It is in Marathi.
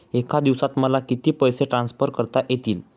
एका दिवसात मला किती पैसे ट्रान्सफर करता येतील?